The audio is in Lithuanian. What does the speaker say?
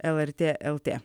lrt lt